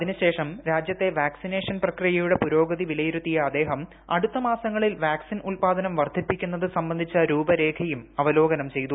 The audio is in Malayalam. അതിനുശേഷം രാജ്യത്തെ വാക്സിനേഷൻ പ്രക്രിയയുടെ പുരോഗതി വിലയിരുത്തിയ അദ്ദേഹം അടുത്ത മാസങ്ങളിൽ വാക്സിൻ ഉൽപ്പാദനം വർധിപ്പിക്കുന്നത് സംബന്ധിച്ച രൂപരേഖയും അവലോകനം ചെയ്തു